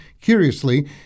Curiously